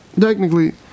technically